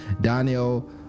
daniel